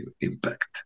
impact